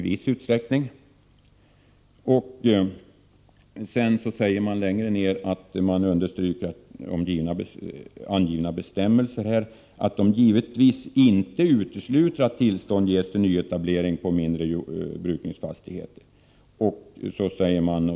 Längre ned på sidan står det att utskottet vill understryka att angivna bestämmelser ”givetvis inte utesluter att tillstånd ges till nyetablering på en mindre brukningsenhet.